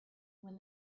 when